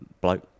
bloke